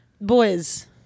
boys